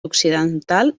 occidental